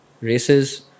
races